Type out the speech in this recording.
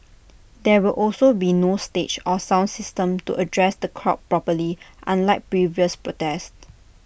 there will also be no stage or sound system to address the crowd properly unlike previous protests